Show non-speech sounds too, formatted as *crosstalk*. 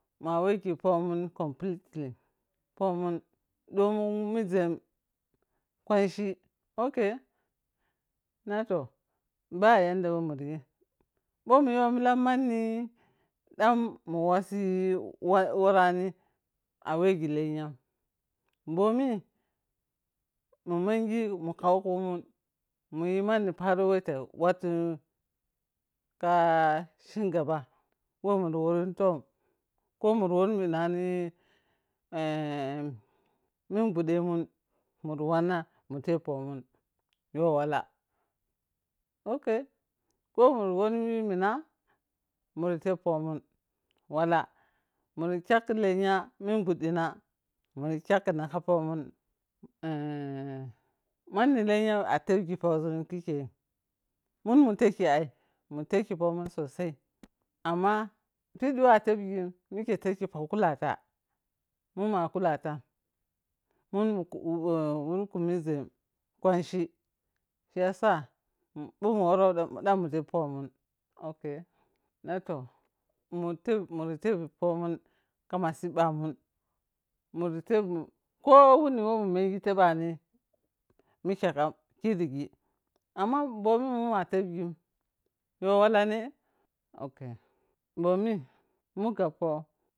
Ma wegi pomun compleely, pomun domun mirȝem kwanchi ok, na toh, ba yadda whe murayi bho muyo milam manni ɗan muwassi wa warani awegi lenyan bomi munmengi mun kau kumun muyi manni paro whata wattun ka cin gaba whe muuda worunton, ko mura woru minani *hesitation* mingudemun mura wanna mun tep pomun yowala ok, ko mura wori mina mari tep pomun wala, muri kyakki lenya munguddina muri kyakkina ka pomun eh manni lenya a tepgi poȝun kinikkenin mun muntekki ai, muntekki pomun sosai amma piɗɗi whe atepgin ike tepgi po kulata munma kulatan munmu eh wurkun mirȝem kwanchi shiyasa bho muworo ɗan mun teppomun ok na tok mun tep mura tebi pomun kama sibbamun muri tepȝun kowuni whe munmengi tebani mikekam kirigi amma bomin moma topgin yo walane? Ok bomi ma gappo.